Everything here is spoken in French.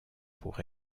pour